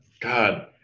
God